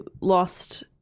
lost